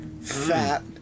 fat